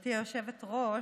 גברתי היושבת-ראש,